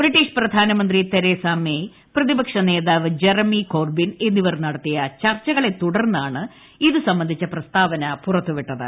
British പ്രധാനമന്ത്രി Theresa May പ്രതിപക്ഷ നേതാവ് ജെറമി കോർബിൻ എന്നിവർ നടത്തിയ ചർച്ചകളെ തുടർന്നാണ് ഇത് സംബന്ധിച്ച പ്രസ്താവന പുറത്തുവിട്ടത്